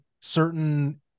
certain